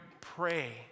pray